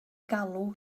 galw